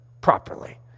properly